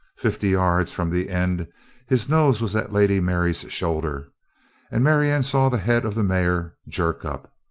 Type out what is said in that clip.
fifty yards from the end his nose was at lady mary's shoulder and marianne saw the head of the mare jerk up.